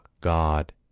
God